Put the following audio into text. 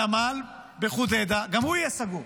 הנמל בחודיידה גם הוא יהיה סגור.